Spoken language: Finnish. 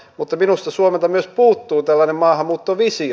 mutta minusta suomelta myös puuttuu maahanmuuttovisio